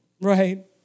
right